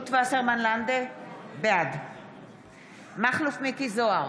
בעד מכלוף מיקי זוהר,